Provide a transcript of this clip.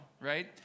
right